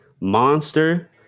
Monster